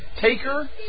Taker